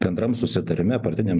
bendram susitarime partiniam